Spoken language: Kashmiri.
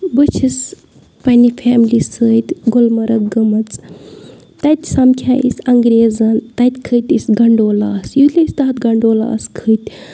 بہٕ چھَس پنٛنہِ فیملی سۭتۍ گُلمرگ گٔمٕژ تَتہِ سَمکھے أسۍ انٛگریزَن تَتہِ کھٔتۍ أسۍ گنٛڈولاہَس یُتھ أسۍ تَتھ گَنٛڈولاہَس کھٔتۍ